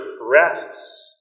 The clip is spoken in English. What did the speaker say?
rests